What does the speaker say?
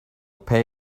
pay